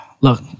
Look